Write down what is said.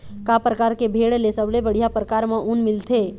का परकार के भेड़ ले सबले बढ़िया परकार म ऊन मिलथे?